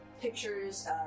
pictures